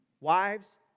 Wives